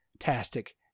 fantastic